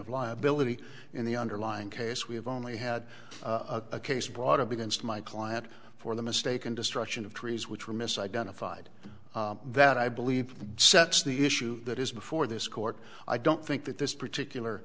of liability in the underlying case we have only had a case brought against my client for the mistaken destruction of trees which were mis identified that i believe sets the issue that is before this court i don't think that this particular